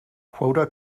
quota